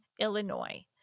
Illinois